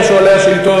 לשתות